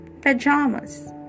pajamas